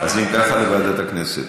אז אם ככה, לוועדת הכנסת,